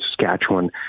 Saskatchewan